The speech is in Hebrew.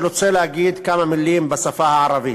רוצה להגיד כמה מילים בשפה הערבית.